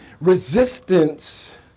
resistance